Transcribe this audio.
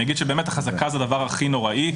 אני אגיד שבאמת החזקה זה דבר הכי נוראי.